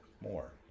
more